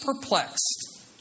perplexed